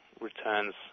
returns